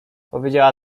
powiedziała